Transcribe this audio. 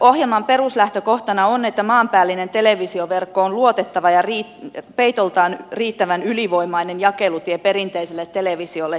ohjelman peruslähtökohtana on että maanpäällinen televisioverkko on luotettava ja peitoltaan riittävän ylivoimainen jakelutie perinteiselle televisiotyölle